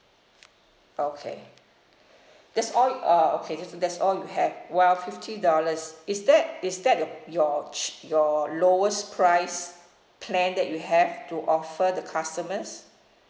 okay that's all y~ uh okay just that's all you have well fifty dollars is that is that the your ch~ your lowest price plan that you have to offer to customers